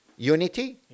Unity